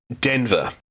Denver